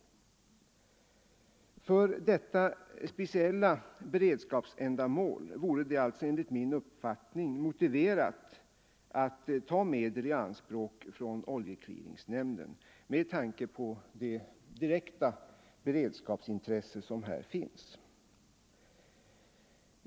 För detta speciella beredskapsändamål vore det alltså enligt min uppfattning motiverat att ta medel i anspråk från oljeclearingnämnden med tanke på det direkta beredskapskrav som här finns att tillgodose.